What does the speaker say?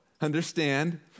understand